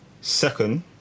second